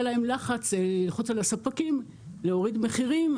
להם לחץ ללחוץ על הספקים להוריד מחירים,